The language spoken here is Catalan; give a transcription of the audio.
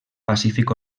pacífic